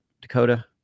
Dakota